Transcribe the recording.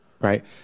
right